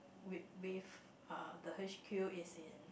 wi~ with uh the H_Q is in